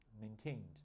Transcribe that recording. maintained